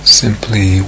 simply